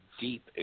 deep